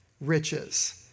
riches